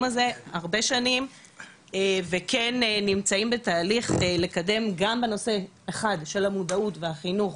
הזה הרבה שנים וכן נמצאים בתהליך לקדם גם את נושא המודעות והחינוך,